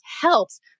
helps